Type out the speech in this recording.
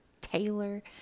Taylor